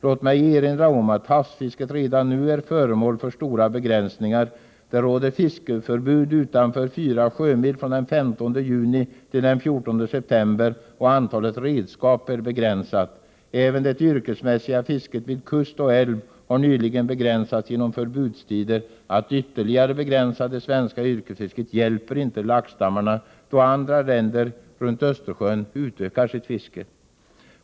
Låt mig erinra om att havsfisket redan i dag är föremål för stora begränsningar. 15 juni-14 september råder det fiskeförbud utanför 4 sjömil från kusten, och antalet redskap är begränsat. Även det yrkesmässiga fisket vid kust och älv har nyligen begränsats genom förbudstider. Att ytterligare begränsa det svenska yrkesfisket hjälper inte laxstammarna, då andra länder runt Östersjön utökar sitt fiske.